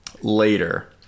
later